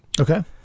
Okay